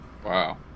Wow